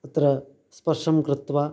अत्र स्पर्शं कृत्वा